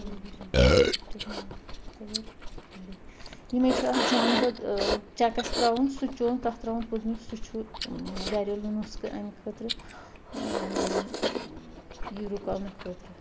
یِمے چھِ اَتھ زامہٕ دۄد چَکَس ترٛاوُن سُہ چٚون تَتھ ترٛاوُن پُدنہٕ سُہ چھُ گَریلو نُسکہٕ امہِ خٲطرٕ یہِ رُکاونہٕ خٲطرٕ